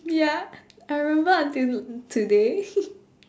ya I remember until today